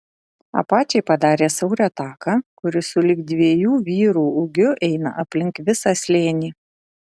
apačiai padarė siaurą taką kuris sulig dviejų vyrų ūgiu eina aplink visą slėnį